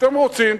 אתם רוצים,